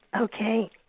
Okay